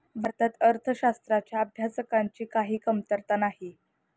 भारतात अर्थशास्त्राच्या अभ्यासकांची काही कमतरता नाही